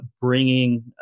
bringing